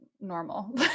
normal